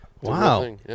Wow